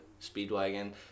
Speedwagon